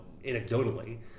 anecdotally